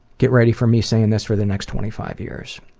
get ready for me saying this for the next twenty five years.